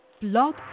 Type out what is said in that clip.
Blog